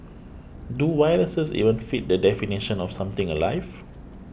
do viruses even fit the definition of something alive